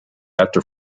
after